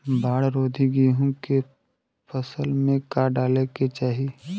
बाढ़ रोधी गेहूँ के फसल में का डाले के चाही?